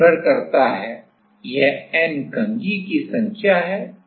यह n कंघी की संख्या है यह b बीम की समान चौड़ाई है जो कि केवल बीम ज्यामिति की तरह है